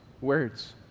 words